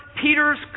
Peter's